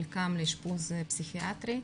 חלקם לאשפוז פסיכיאטרי,